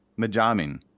Majamin